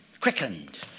Quickened